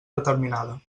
determinada